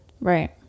Right